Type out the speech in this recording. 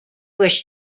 wish